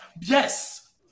yes